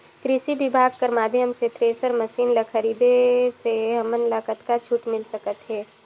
कृषि विभाग कर माध्यम से थरेसर मशीन ला खरीदे से हमन ला कतका छूट मिल सकत हे?